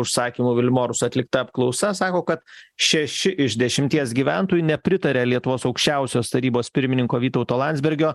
užsakymu vilmorus atlikta apklausa sako kad šeši iš dešimties gyventojų nepritaria lietuvos aukščiausios tarybos pirmininko vytauto landsbergio